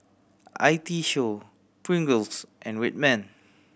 I T Show Pringles and Red Man